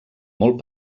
molt